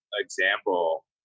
example